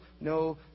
no